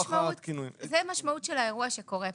--- זאת המשמעות של האירוע שקורה כאן.